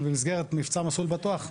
במסגרת מבצע "מסלול בטוח",